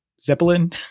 Zeppelin